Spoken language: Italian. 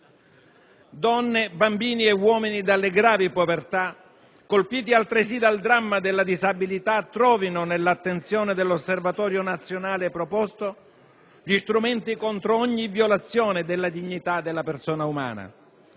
Donne, bambini e uomini dalle gravi povertà, colpiti altresì dal dramma della disabilità, trovino nell'attenzione dell'Osservatorio nazionale proposto gli strumenti contro ogni violazione della dignità della persona umana.